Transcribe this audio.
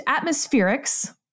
atmospherics